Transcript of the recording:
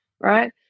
Right